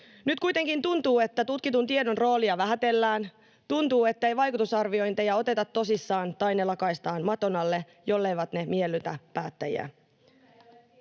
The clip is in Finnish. Nyt kuitenkin tuntuu, että tutkitun tiedon roolia vähätellään, tuntuu, ettei vaikutusarviointeja oteta tosissaan tai ne lakaistaan maton alle, jolleivät ne miellytä päättäjiä.